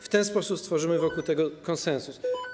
W ten sposób stworzymy wokół tego konsensus.